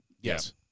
Yes